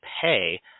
pay